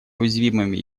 уязвимыми